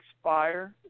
expire